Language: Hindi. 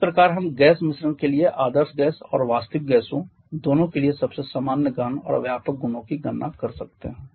इस प्रकार हम गैस मिश्रण के लिए आदर्श गैस और वास्तविक गैसों दोनों के लिए सबसे सामान्य गहन और व्यापक गुणों की गणना कर सकते हैं